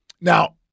now